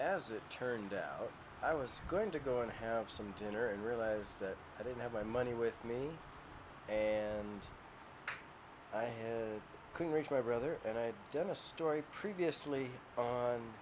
as it turned out i was going to go and have some dinner and realized that i didn't have my money with me and i couldn't reach my brother and i had done a story previously